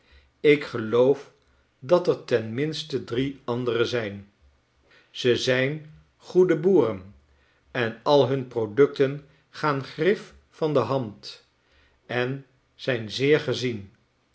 ik geloof dat er ten minste drie andere zijn ze zijn goede boeren en al hun producten gaan grif van de hand en zijn zeer gezien